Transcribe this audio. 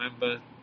remember